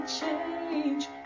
change